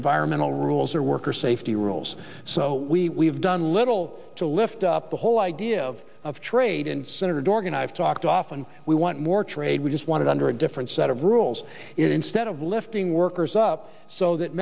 environmental rules or worker safety rules so we have done little to lift up the whole idea of of trade and senator dorgan i've talked often we want more trade we just want to under a different set of rules instead of lifting workers up so that